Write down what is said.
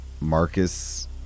Marcus